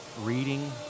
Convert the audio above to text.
reading